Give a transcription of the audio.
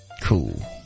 cool